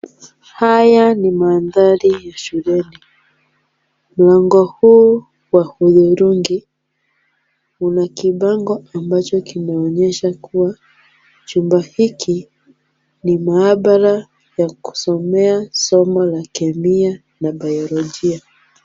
Haya ni mandhari ya shuleni. Mlango huu wa hudhurungi, una kibango ambacho kinaonyesha kuwa chumba hiki ni maabara ya kusomea somo la kemia na bayolojia.